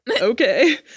okay